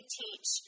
teach